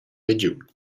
regiun